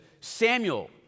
Samuel